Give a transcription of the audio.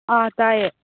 ꯑꯥ ꯇꯥꯏꯌꯦ